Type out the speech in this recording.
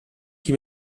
qui